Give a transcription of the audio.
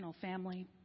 family